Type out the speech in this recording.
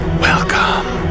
welcome